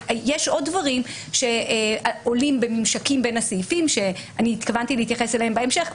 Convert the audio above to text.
יש עוד דברים בממשקים בין הסעיפים שאני התכוונתי להתייחס אליהם בהמשך,